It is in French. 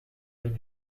même